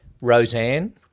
Roseanne